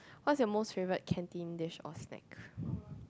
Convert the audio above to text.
what's your most favourite canteen dish or snack